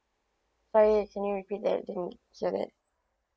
sorry can you repeat that I didn't hear that